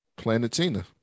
Planetina